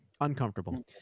uncomfortable